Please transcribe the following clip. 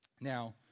Now